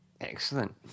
excellent